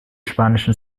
spanischen